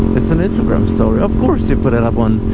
it's an instagram story of course you put it up on